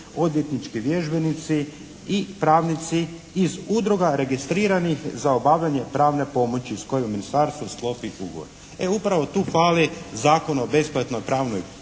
odvjetnički vježbenici i pravnici iz udruga registriranih za obavljanje pravne pomoći s kojim ministarstvo sklopi ugovor. E upravo tu fali Zakon o besplatnoj pravnoj